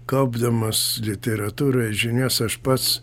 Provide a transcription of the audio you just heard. kaupdamas literatūros žinias aš pats